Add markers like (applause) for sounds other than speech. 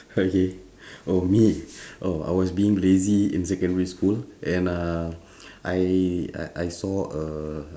(laughs) okay (breath) oh me (breath) oh I was being lazy in secondary school and uh (breath) I I I saw a